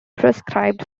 prescribed